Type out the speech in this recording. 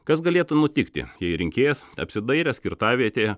kas galėtų nutikti jei rinkėjas apsidairęs kirtavietėje